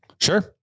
Sure